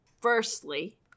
firstly